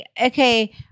okay